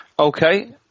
Okay